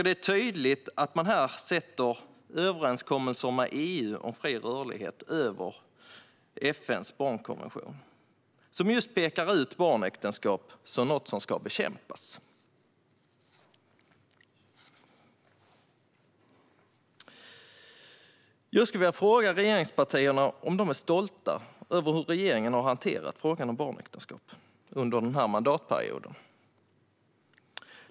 Det är tydligt att man här sätter överenskommelser med EU om fri rörlighet över FN:s barnkonvention, som just pekar ut barnäktenskap som något som ska bekämpas. Jag skulle vilja fråga regeringspartierna om de är stolta över hur regeringen har hanterat frågan om barnäktenskap under den här mandatperioden.